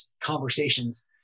conversations